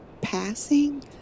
passing